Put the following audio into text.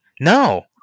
No